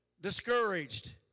Discouraged